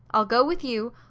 i'll go with you,